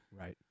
Right